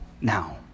now